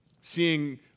seeing